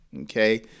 okay